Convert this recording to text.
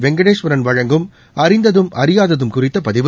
வெங்கடேஸ்வரன் வழங்கும் அறிந்ததும் அறியாததும் குறித்த பதிவு